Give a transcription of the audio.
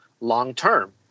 long-term